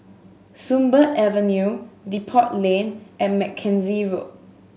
Sunbird Avenue Depot Lane and Mackenzie Road